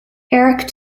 eric